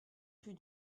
plus